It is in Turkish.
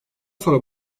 sonra